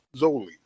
Zoli